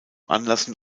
anlassen